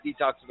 detoxification